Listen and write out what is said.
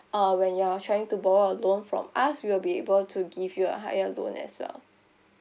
uh when you are trying to borrow a loan from us we will be able to give you a higher loan as well